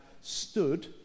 stood